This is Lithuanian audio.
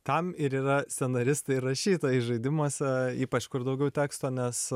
tam ir yra scenaristai ir rašytojai žaidimuose ypač kur daugiau teksto nes